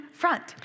front